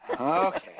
Okay